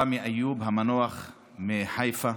רמי איוב המנוח מחיפה